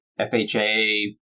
FHA